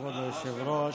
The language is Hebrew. כבוד היושב-ראש,